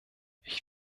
ich